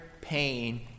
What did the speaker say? pain